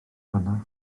hwnna